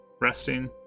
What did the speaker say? resting